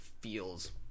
feels